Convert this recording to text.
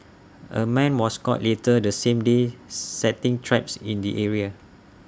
A man was caught later the same day setting traps in the area